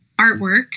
artwork